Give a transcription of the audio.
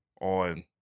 on